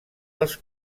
els